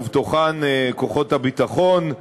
ובתוכן כוחות הביטחון,